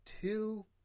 two